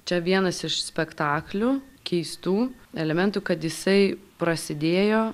čia vienas iš spektaklių keistų elementų kad jisai prasidėjo